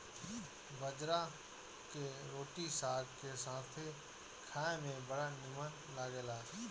बजरा के रोटी साग के साथे खाए में बड़ा निमन लागेला